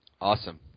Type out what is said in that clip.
Awesome